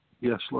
Yes